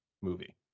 movie